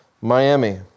Miami